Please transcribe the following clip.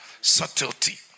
subtlety